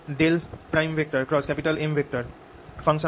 r r